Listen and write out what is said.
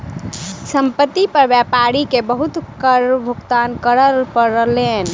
संपत्ति पर व्यापारी के बहुत कर भुगतान करअ पड़लैन